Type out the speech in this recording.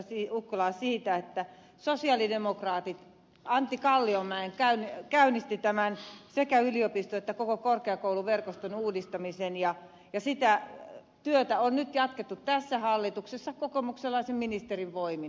ukkolaa siitä että sosialidemokraatit antti kalliomäen johdolla käynnistivät sekä yliopisto että koko korkeakouluverkoston uudistamisen ja sitä työtä on nyt jatkettu tässä hallituksessa kokoomuslaisen ministerin voimin